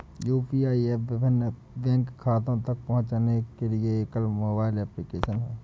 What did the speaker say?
UPI app विभिन्न bank खातों तक पहुँचने के लिए एकल मोबाइल एप्लिकेशन है